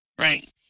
Right